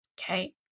okay